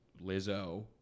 Lizzo